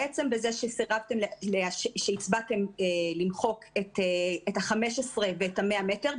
בזה שהצבעתם על מחיקת ה-15 תלמידים וה-100 מטרים,